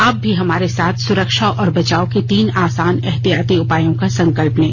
आप भी हमारे साथ सुरक्षा और बचाव के तीन आसान एहतियाती उपायों का संकल्प लें